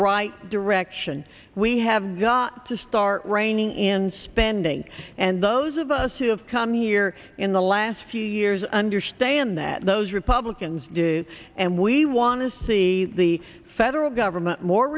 right direction we have got to start reining in spending and those of us who have come here in the last few years understand that those republicans do and we want to see the federal government more